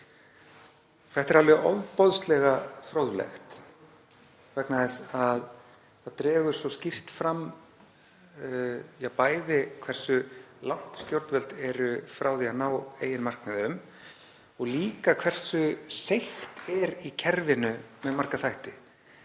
Þetta er alveg ofboðslega fróðlegt vegna þess að það dregur bæði svo skýrt fram hversu langt stjórnvöld eru frá því að ná eigin markmiðum og líka hversu seigt er í kerfinu með marga þætti.